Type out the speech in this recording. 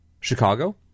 Chicago